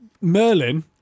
Merlin